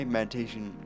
meditation